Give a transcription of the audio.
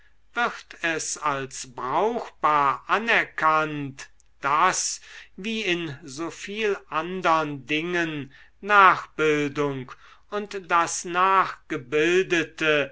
wird es als brauchbar anerkannt daß wie in so viel andern dingen nachbildung und das nachgebildete